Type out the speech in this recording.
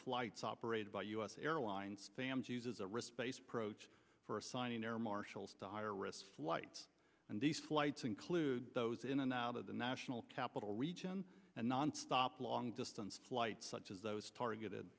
flights operated by u s airlines uses a risk based approach for assigning air marshals to higher risk flights and these flights include those in and out of the national capital region and nonstop long distance flights such as those targeted